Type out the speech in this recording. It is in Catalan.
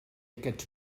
aquests